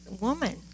woman